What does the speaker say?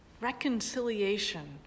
reconciliation